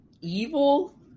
evil